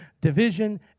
division